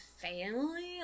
family